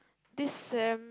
this sem